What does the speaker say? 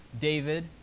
David